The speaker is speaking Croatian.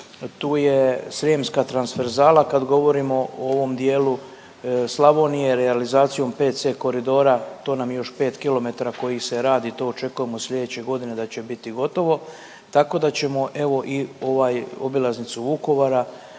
tu je srijemska transverzala kad govorimo o ovom dijelu Slavonije, realizacijom 5C koridora, to nam je još 5 kilometara koji se radi, to očekujemo sljedeće godine da će biti gotovo, tako da ćemo evo, i ovaj obilaznicu Vukovara